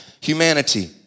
humanity